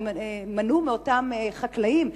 גם מנעו מאותם חקלאים,